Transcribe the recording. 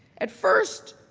at first,